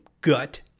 gut